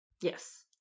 Yes